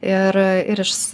ir ir iš